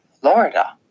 Florida